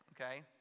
Okay